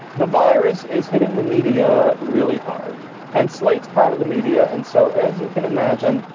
the virus is hitting the media really hard and slate's part of the media. and so, as you can imagine,